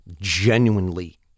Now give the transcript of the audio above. genuinely